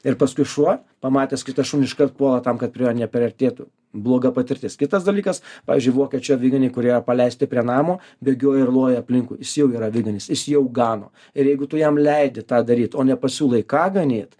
ir paskui šuo pamatęs kitą šunį iškart puola tam kad prie jo nepriartėtų bloga patirtis kitas dalykas pavyzdžiui vokiečių aviganiai kurie paleisti prie namo bėgioja ir loja aplinkui jis jau yra aviganis jis jau gano ir jeigu tu jam leidi tą daryt o nepasiūlai ką ganyt